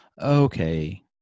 okay